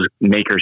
makers